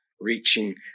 reaching